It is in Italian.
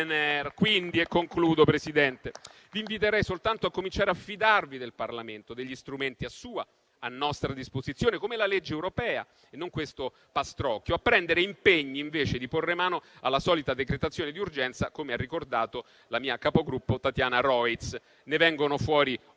Concludo, signor Presidente. Vi inviterei soltanto a cominciare a fidarvi del Parlamento, degli strumenti a sua e a nostra disposizione, come la legge europea e non questo pastrocchio; a prendere impegni, invece di porre mano alla solita decretazione di urgenza, come ha ricordato la mia capogruppo Tatiana Rojc, poiché ne vengono fuori *omnibus* come